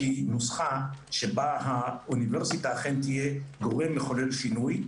נוסחה בה האוניברסיטה תהיה מחולל שינוי.